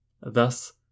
Thus